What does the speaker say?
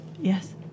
Yes